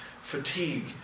fatigue